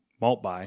Maltby